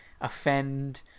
offend